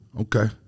Okay